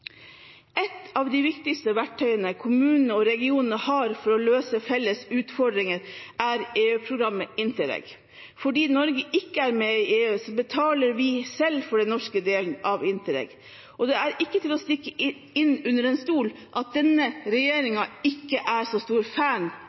Et av de viktigste verktøyene kommunene og regionene har for å løse felles utfordringer, er EU-programmet Interreg. Fordi Norge ikke er med i EU, betaler vi selv for den norske delen av Interreg, og det er ikke til å stikke under stol at denne regjeringen ikke er så stor fan